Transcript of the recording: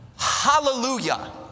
Hallelujah